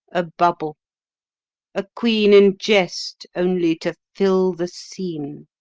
a bubble a queen in jest, only to fill the scene.